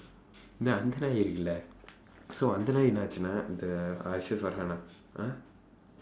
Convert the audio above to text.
இல்ல அந்த நாய் இருக்குல:illa andtha naai irukkula so அந்த நாய் என்னா ஆச்சுன்னா:andtha naai ennaa aachsunnaa uh actually is farhana !huh!